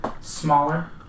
Smaller